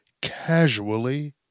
casually